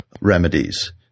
remedies